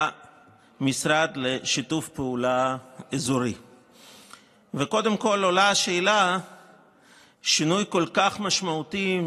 שהעז בשלב הראשון להתנגד לתהליך הזה ולהוצאה של החברות הממשלתיות.